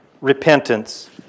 repentance